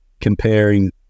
comparing